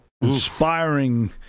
Inspiring